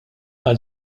għal